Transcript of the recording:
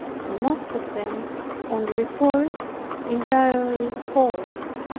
and most of them on reports entirely false,